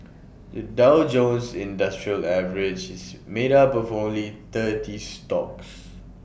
the Dow Jones industrial average is made up of only thirty stocks